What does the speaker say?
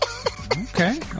Okay